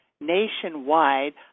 nationwide